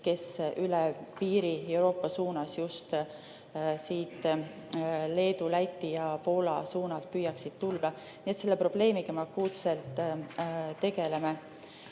kes üle piiri Euroopa suunas, just Leedu, Läti ja Poola suunalt püüaksid tulla. Nii et selle probleemiga me akuutselt tegeleme. Mis